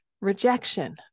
rejection